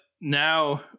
now